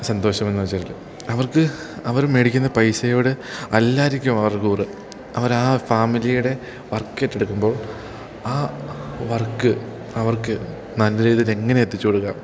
സന്തോഷമെന്നു വെച്ചാൽ അവർക്ക് അവർ മേടിക്കുന്ന പൈസയോട് അല്ലായിരിക്കും അവർ കൂറ് അവരാ ഫാമിലിയുടെ വർക്ക് ഏറ്റെടുക്കുമ്പോൾ ആ വർക്ക് അവർക്ക് നല്ല രീതിയിലെങ്ങനെ എത്തിച്ചു കൊടുക്കാം